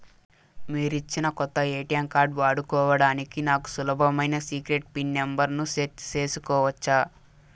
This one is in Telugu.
మీరిచ్చిన కొత్త ఎ.టి.ఎం కార్డు వాడుకోవడానికి నాకు సులభమైన సీక్రెట్ పిన్ నెంబర్ ను సెట్ సేసుకోవచ్చా?